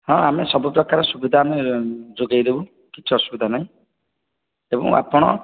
ହଁ ଆମେ ସବୁପ୍ରକାର ସୁବିଧା ଆମେ ଯୋଗାଇ ଦେବୁ କିଛି ଅସୁବିଧା ନାହିଁ ତେଣୁ ଆପଣ